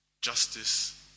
Justice